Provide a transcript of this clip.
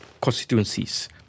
constituencies